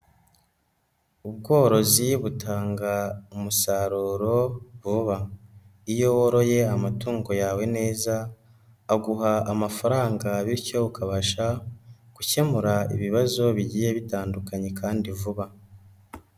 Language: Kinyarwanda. Ubworozi butanga umusaruro vuba, iyo woroye amatungo yawe neza aguha amafaranga bityo ukabasha gukemura ibibazo bigiye bitandukanye kandi vuba.